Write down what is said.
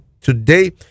today